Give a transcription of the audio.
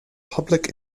public